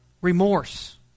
remorse